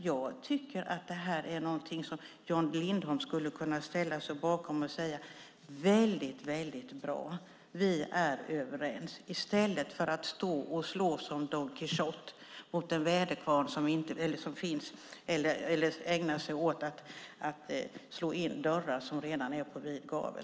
Jag tycker att det här är någonting som Jan Lindholm skulle kunna ställa sig bakom och säga är väldigt, väldigt bra och att vi är överens, i stället för att som en Don Quijote slå mot en väderkvarn eller ägna sig åt att slå in dörrar som redan står på vid gavel.